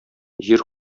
җир